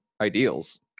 ideals